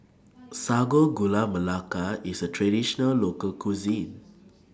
Sago Gula Melaka IS A Traditional Local Cuisine